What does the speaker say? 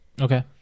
Okay